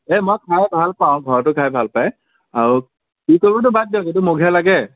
এ মই খাই ভালপাওঁ ঘৰতো খাই ভালপায় আৰু কি কৰিবতো বাদ দিয়ক এইটো মোকহে লাগে